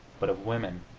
but of women.